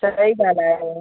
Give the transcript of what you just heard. त सही ॻाल्हि आहे ईअ